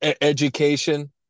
education